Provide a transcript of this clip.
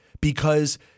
because-